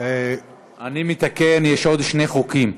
אני מתקן: יש עוד שני חוקים,